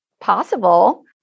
possible